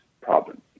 problem